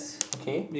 okay